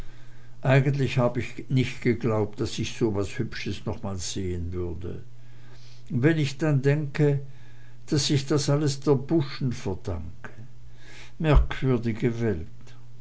eigentlich hab ich nich geglaubt daß ich so was hübsches noch mal sehn würde und wenn ich dann denke daß ich das alles der buschen verdanke merkwürdige welt